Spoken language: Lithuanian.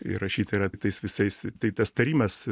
įrašyta yra tais visais tai tas tarimas